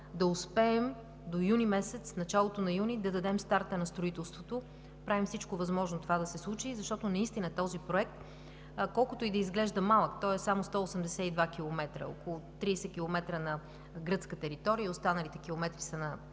да успеем до началото на месец юни на дадем старт на строителство. Правим всичко това да се случи, защото наистина този проект, колкото и да изглежда малък – той е само 180 км, около 30 км на гръцка територия, останалите километри на